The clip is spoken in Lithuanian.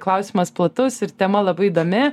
klausimas platus ir tema labai įdomi